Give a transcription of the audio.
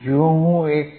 જો હું 1